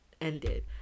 ended